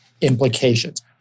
implications